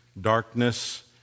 darkness